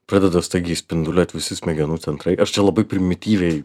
pradeda staigiai spinduliuot visi smegenų centrai aš čia labai primityviai